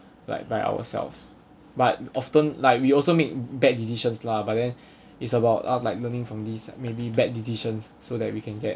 like by ourselves but often like we also make bad decisions lah but then it's about us like learning from these maybe bad decisions so that we can get